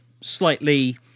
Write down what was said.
slightly